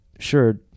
Sure